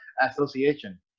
Association